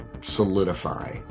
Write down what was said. solidify